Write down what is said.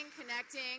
connecting